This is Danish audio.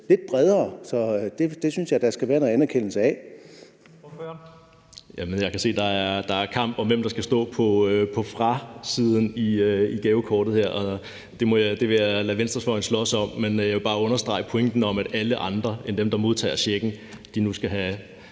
lidt bredere. Så det synes jeg der skal være noget anerkendelse af.